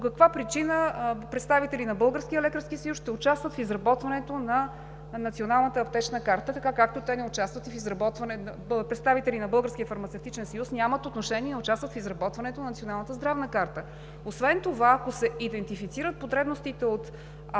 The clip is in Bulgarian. каква причина представители на Българския лекарски съюз ще участват в изработването на Националната аптечна карта, така както представителите на Българския фармацевтичен съюз нямат отношение и не участват в изработването на Националната здравна карта. Освен това, ако се идентифицират потребностите от аптеки и от